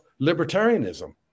libertarianism